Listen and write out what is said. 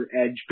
edge